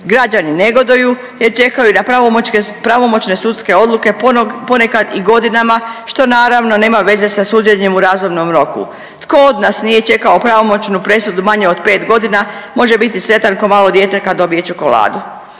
Građani negoduju jer čekaju na pravomoćne sudske odluke ponekad i godinama što naravno nema veze sa suđenjem u razumnom roku. Tko od nas nije čekao pravomoćnu presudu manje od 5 godina može biti sretan ko malo dijete kad dobije čokoladu.